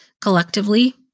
collectively